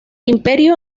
imperio